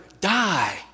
die